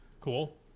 Cool